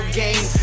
game